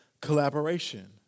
collaboration